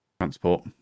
transport